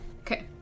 Okay